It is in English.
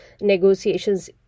negotiations